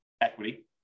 equity